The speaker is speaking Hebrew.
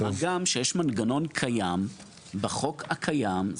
מה גם שיש מנגנון קיים בחוק הקיים.